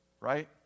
right